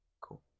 cool